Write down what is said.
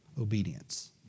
obedience